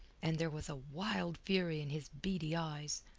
and there was a wild fury in his beady eyes.